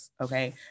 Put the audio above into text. Okay